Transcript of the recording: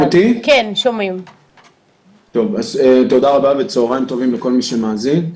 תודה רבה, צוהריים טובים לכל מי שמאזין.